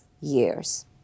years